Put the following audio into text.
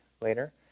later